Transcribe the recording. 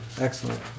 Excellent